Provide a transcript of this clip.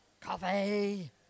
Coffee